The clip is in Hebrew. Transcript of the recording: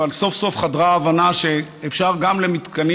אבל סוף-סוף חדרה ההבנה שאפשר גם למתקנים